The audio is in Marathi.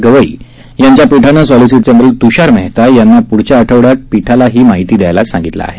गवई यांच्या पीठानं सॉलीसिटर जनरल तुषार मेहता यांना पुढच्या आठवड्यात पीठाला ही माहिती दयायला सांगितलं आहे